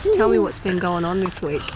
tell me what's been going on this